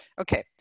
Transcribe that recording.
Okay